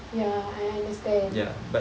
ya I understand